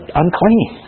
unclean